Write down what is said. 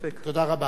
תודה רבה, תודה.